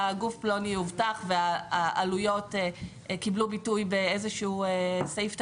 גוף פלוני יאובטח והעלויות קיבלו ביטוי באיזשהו סעיף תקציבי.